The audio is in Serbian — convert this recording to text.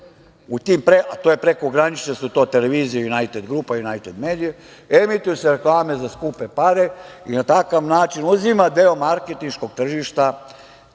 a to su prekogranične televizije, „Junajted grupa“, „Junajted medija“, emituju se reklame za skupe pare i na takav način uzima deo marketinškog tržišta.U